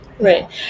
right